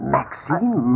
Maxine